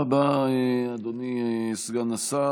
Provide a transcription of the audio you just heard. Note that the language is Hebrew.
תודה רבה, אדוני סגן השר.